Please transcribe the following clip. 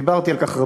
דיברתי על כך רבות,